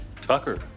Tucker